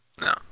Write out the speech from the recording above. No